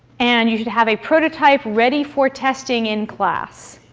and you should have a prototype ready for testing in class.